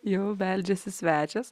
jau beldžiasi svečias